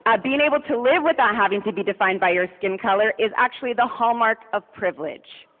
ah being able to live without having to be defined by your skin color is actually the hallmark of privilege.